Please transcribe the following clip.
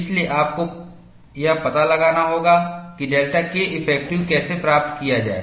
इसलिए आपको यह पता लगाना होगा कि डेल्टा Keffective कैसे प्राप्त किया जाए